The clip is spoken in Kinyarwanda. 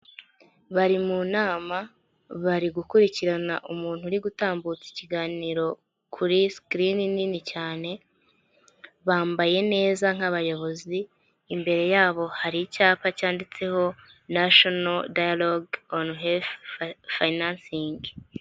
Bari mu nama, bari gukurikirana umuntu uri gutambutsa ikiganiro kuri sikirini nini cyane, bambaye neza nk'abayobozi, imbere yabo hari icyapa cyanditseho nashono dayaroge onu herifu fayinansingi.